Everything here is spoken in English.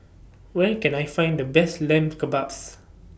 Where Can I Find The Best Lamb Kebabs